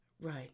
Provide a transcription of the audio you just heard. Right